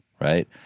right